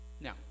Now